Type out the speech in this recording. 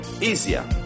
easier